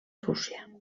rússia